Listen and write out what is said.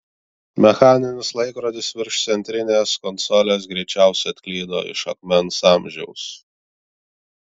mechaninis laikrodis virš centrinės konsolės greičiausiai atklydo iš akmens amžiaus